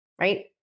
right